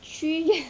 xu yuan